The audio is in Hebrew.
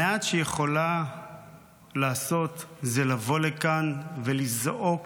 המעט שהיא יכולה לעשות זה לבוא לכאן ולזעוק